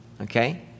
Okay